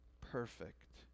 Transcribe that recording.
perfect